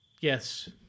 Yes